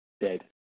Dead